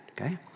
okay